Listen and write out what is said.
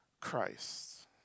Christ